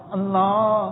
Allah